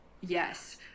Yes